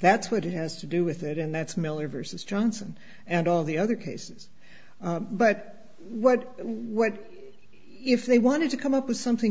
that's what it has to do with it and that's miller versus johnson and all the other cases but what what if they wanted to come up with something